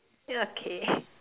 ya okay